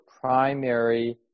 primary